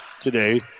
today